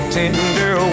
tender